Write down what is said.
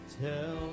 tell